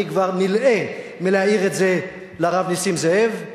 אני כבר נלאה מלהעיר את זה לרב נסים זאב,